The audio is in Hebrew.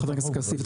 חבר הכנסת כסיף,